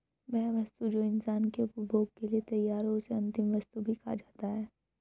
वह वस्तु जो इंसान के उपभोग के लिए तैयार हो उसे अंतिम वस्तु भी कहा जाता है